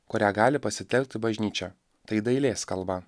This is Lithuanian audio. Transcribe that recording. kurią gali pasitelkti bažnyčia tai dailės kalba